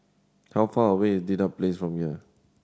how far away is Dedap Place from here